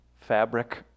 fabric